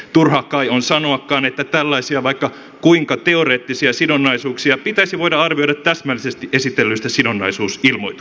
turha kai on sanoakaan että tällaisia vaikka kuinka teoreettisia sidonnaisuuksia pitäisi voida arvioida täsmällisesti esitellyistä sidonnaisuusilmoituksista